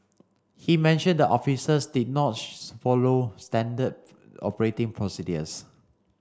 he mentioned the officers did not follow standard operating procedures